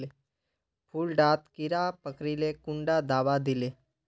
फुल डात कीड़ा पकरिले कुंडा दाबा दीले?